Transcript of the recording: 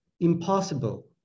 impossible